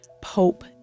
Pope